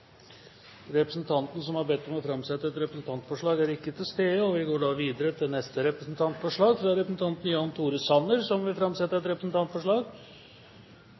Representanten som har bedt om å få framsette et representantforslag, er ikke til stede. Vi går videre til neste representantforslag, fra representanten Jan Tore Sanner. Presidenten er glad for at folk tenker seg om før de framsetter representantforslag,